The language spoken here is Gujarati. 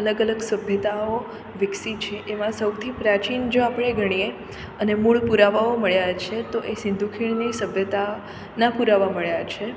અલગ અલગ સભ્યતાઓ વિકસી છે એમાં સૌથી પ્રાચીન જો આપણે ગણીએ અને મૂળ પુરાવાઓ મળ્યા છે તો એ સિંધુ ખીણની સભ્યતા ના પુરાવા મળ્યા છે